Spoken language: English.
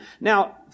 Now